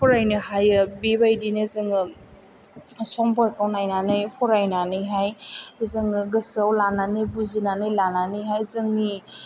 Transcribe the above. फरायनो हायो बेबायदिनो जोङो समफोरखौ नायनानै फरायनानैहाय जोङो गोसोयाव लानानै बुजिनानै लानानैहाय जोंनि